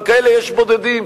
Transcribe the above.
אבל כאלה יש בודדים,